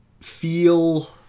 Feel